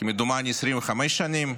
25 שנים,